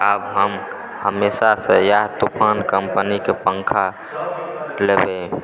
आब हम हमेशासंँ इएह तूफान कम्पनीके पङ्खा लेबए